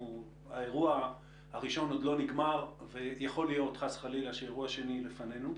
האירוע הראשון עוד לא נגמר ויכול להיות חס וחלילה אירוע שני לפנינו.